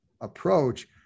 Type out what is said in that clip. approach